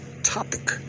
topic